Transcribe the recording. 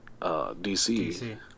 DC